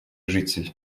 житель